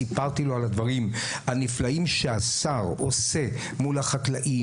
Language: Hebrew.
סיפרתי לו על הדברים הנפלאים שהשר עושה מול החקלאים,